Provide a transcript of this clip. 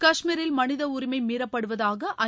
கஷ்மீரில் மனித உரிமை மீறப்படுவதாக ஐ